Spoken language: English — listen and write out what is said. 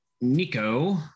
Nico